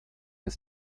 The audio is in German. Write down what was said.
ist